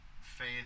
faith